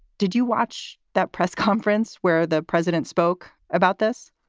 did you watch that press conference where the president spoke about this?